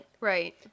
Right